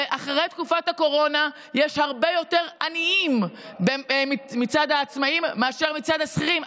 אחרי תקופת הקורונה יש הרבה יותר עניים מצד העצמאים מאשר מצד השכירים?